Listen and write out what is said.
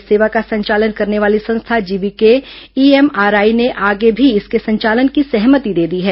इस सेवा का संचालन करने वाली संस्था जीवीके ईएमआरआई ने आगे भी इसके संचालन की सहमति दे दी है